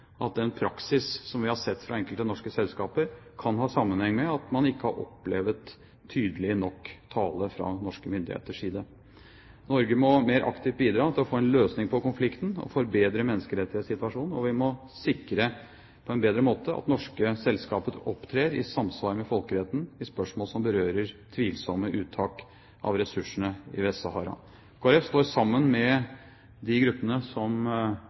at den praksis som vi har sett fra enkelte norske selskaper, kan ha sammenheng med at man ikke har opplevd tydelig nok tale fra norske myndigheters side. Norge må mer aktivt bidra til å få en løsning på konflikten, forbedre menneskerettighetssituasjonen, og vi må sikre på en bedre måte at norske selskaper opptrer i samsvar med folkeretten i spørsmål som berører tvilsomme uttak av ressursene i Vest-Sahara. Kristelig Folkeparti står sammen med de gruppene som